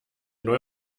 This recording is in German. neuer